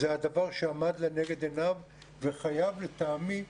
היא הדבר שעמד לנגד עיניו וחייב לטעמי,